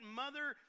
mother